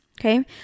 okay